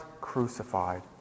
crucified